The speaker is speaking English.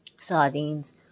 sardines